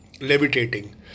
Levitating